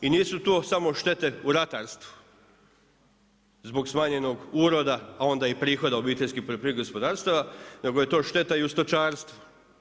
I nisu to samo štete u ratarstvu zbog smanjenog uroda, a onda i prihoda obiteljskih poljoprivrednih gospodarstava, nego je to šteta i u stočarstvu.